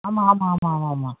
ஆமாம் ஆமாம் ஆமாம் ஆமாம் ஆமாம்